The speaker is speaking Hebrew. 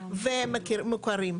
והם מוכרים.